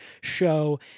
show